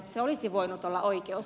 se olisi voinut olla oikeus